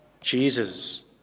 Jesus